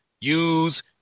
use